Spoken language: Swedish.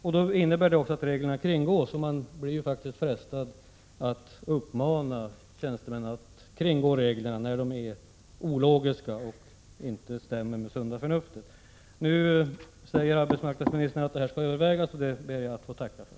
Det här missförhållandet innebär att reglerna kringgås. Man blir faktiskt frestad att uppmana tjänstemännen att kringgå dem, när de är ologiska och inte överensstämmer med sunda förnuftet. Arbetsmarknadsministern säger nu att en ändring skall övervägas, och det ber jag att få tacka för.